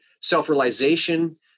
self-realization